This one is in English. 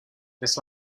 this